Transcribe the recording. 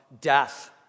death